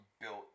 built